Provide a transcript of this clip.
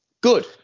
Good